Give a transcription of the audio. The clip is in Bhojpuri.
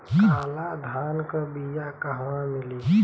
काला धान क बिया कहवा मिली?